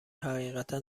حقیقتا